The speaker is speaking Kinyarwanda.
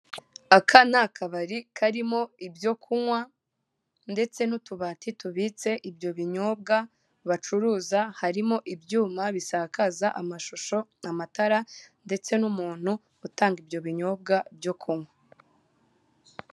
Aka ni akabari karimo ibyo kunywa ndetse n'utubati tubitse ibyo binyobwa bacuruza, harimo ibtuma bisakaza amashusho, amatara ndetse n'umuntu, utanga ibyo binyobwa byo kunywa.